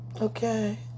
okay